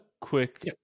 quick